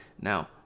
Now